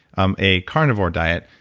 um a carnivore diet,